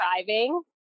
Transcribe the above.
driving